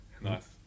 nice